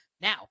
Now